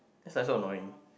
that's like so annoying